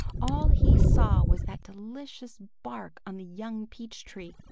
all he saw was that delicious bark on the young peach tree.